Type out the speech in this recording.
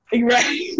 Right